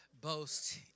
Boast